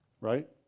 Right